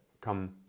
come